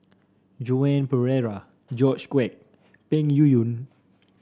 Joan Pereira George Quek and Yuyun